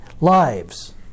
lives